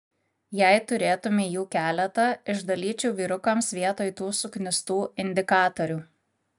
jei turėtumei jų keletą išdalyčiau vyrukams vietoj tų suknistų indikatorių